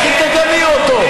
לכי תגני אותו.